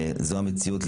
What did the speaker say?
לצערנו זו המציאות.